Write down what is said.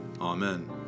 Amen